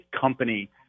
company